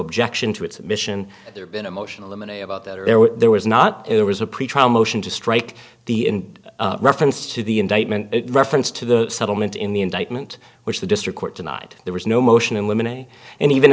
objection to its mission there been emotional in a about that there was not there was a pretrial motion to strike the in reference to the indictment reference to the settlement in the indictment which the district court denied there was no motion in women and and even